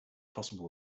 possible